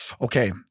okay